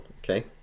okay